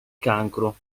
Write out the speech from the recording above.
cancro